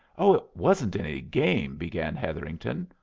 oh, it wasn't any game began hetherington.